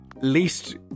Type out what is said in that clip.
least